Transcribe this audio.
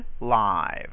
live